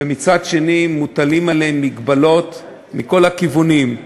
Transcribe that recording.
ומצד שני מוטלות עליהם מגבלות מכל הכיוונים: